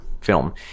film